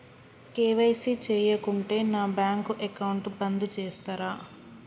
KYC చేయకుంటే నా bank account బంద్ చేస్తరా?